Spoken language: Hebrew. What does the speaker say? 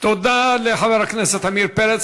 תודה לחבר הכנסת עמיר פרץ.